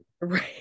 Right